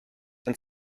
and